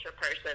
person